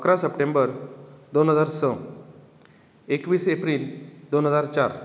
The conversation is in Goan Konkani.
अकरा सप्टेंबर दोन हजार स एकवीस एप्रील दोन हजार चार